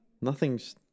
nothing's